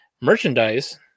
merchandise